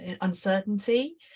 uncertainty